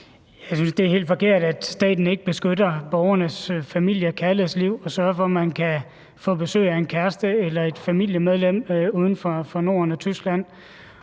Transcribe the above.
det er helt forkert, at staten ikke beskytter borgernes familie- og kærlighedsliv og sørger for, at man kan få besøg af en kæreste eller et familiemedlem, der bor uden for Norden eller Tyskland.